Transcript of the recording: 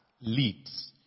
leads